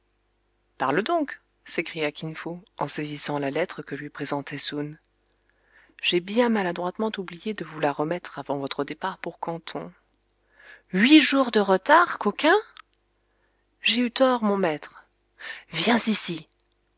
parle donc s'écria kin fo en saisissant la lettre que lui présentait souri j'ai bien maladroitement oublié de vous la remettre avant votre départ pour canton huit jours de retard coquin j'ai eu tort mon maître viens ici